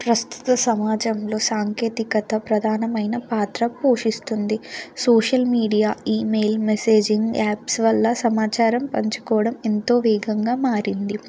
ప్రస్తుత సమాజంలో సాంకేతికత ప్రధానమైన పాత్ర పోషిస్తుంది social media email messaging apps వల్ల సమాచారం పంచుకోవడం ఎంతో వేగంగా మారింది